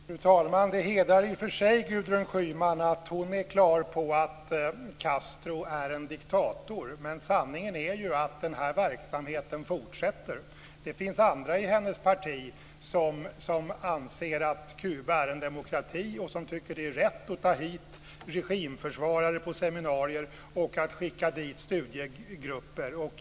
Fru talman! Det hedrar i och för sig Gudrun Schyman att hon är på det klara med att Castro är en diktator, men sanningen är ju att den här verksamheten fortsätter. Det finns andra i hennes parti som anser att Kuba är en demokrati och som tycker att det är rätt att ta hit regimförsvarare på seminarier och att skicka dit studiegrupper.